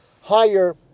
higher